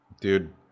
dude